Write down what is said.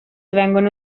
vengono